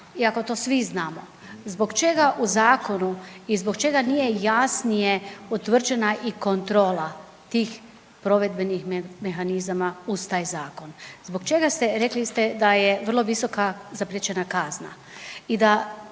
ako to svi znamo zbog čega u zakonu i zbog čega nije jasnije utvrđena i kontrola tih provedbenih mehanizama uz taj zakon. Zbog čega ste, rekli ste da je vrlo visoka zapriječena kazna i da,